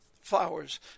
Flowers